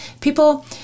people